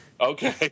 Okay